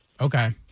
Okay